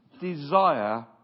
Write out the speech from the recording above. desire